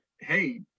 hey